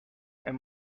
and